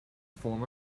form